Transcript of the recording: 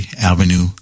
Avenue